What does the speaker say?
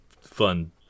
fun